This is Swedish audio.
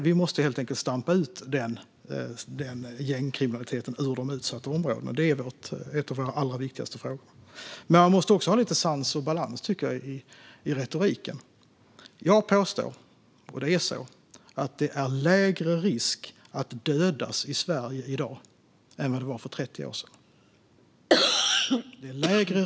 Vi måste helt enkelt stampa ut gängkriminaliteten ur de utsatta områdena; det är en av våra allra viktigaste frågor. Men man måste också ha lite sans och balans i retoriken. Jag påstår - och det är så - att det är lägre risk att dödas i Sverige i dag än vad det var för 30 år sedan.